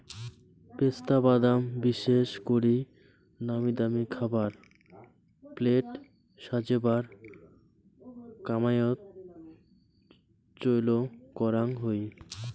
পেস্তা বাদাম বিশেষ করি নামিদামি খাবার প্লেট সাজেবার কামাইয়ত চইল করাং হই